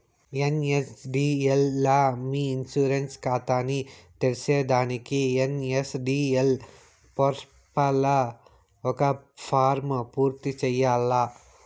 NSDL లా మీ insurance కాతాని తెర్సేదానికి ఎన్.ఎస్.డి.ఎల్ పోర్పల్ల ఒక ఫారం పూర్తి చేయాల్ల